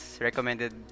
recommended